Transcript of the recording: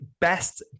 best